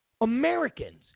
Americans